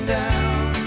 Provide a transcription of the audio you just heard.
down